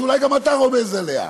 שאולי גם אתה רומז עליה.